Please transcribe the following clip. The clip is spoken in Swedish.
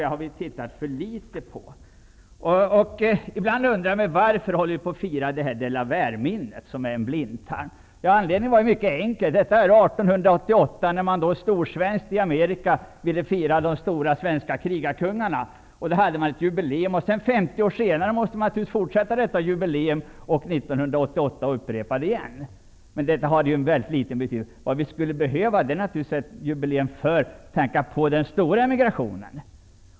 Jag tror att vi för litet har studerat detta. Jag undrar ibland varför vi firar Delawareminnet -- kolonin i Delaware var ju en ''blindtarm''. Anledningen är mycket enkel. År 1888 ville svenskar i USA storsvenskt fira svenska krigarkungar och instiftade detta jubileum. 50 år senare måste man naturligtvis på ömse sidor av Atlanten upprepa detta jubileum och likaså år 1988 igen. Men Delawarekolonin hade en mycket liten betydelse. Vad vi skulle behöva är ett jubileumsfirande av den stora emigrationen.